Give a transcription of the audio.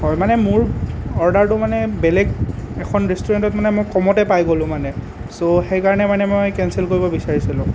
হয় মানে মোৰ অৰ্ডাৰটো মানে বেলেগ এখন ৰেষ্টোৰেণ্টত মানে মই কমতে পাই গলোঁ মানে চ' সেই কাৰণে মানে মই কেনচেল কৰিব বিচাৰিছিলোঁ